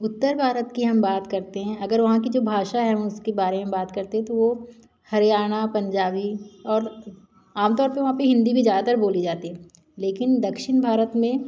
उत्तर भारत की हम बात करते हैं अगर वहाँ की जो भाषा है हम उसकी बारे में बात करते है तो वह हरियाणा पंजाबी और आमतौर पर हिन्दी भी ज़्यादातर बोली जाती है लेकिन दक्षिण भारत में